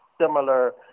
similar